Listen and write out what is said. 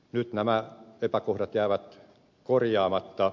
nyt nämä epäkohdat jäävät korjaamatta